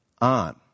on